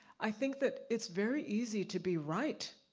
i think that it's very easy to be right.